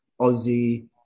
Aussie